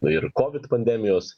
ir kovid pandemijos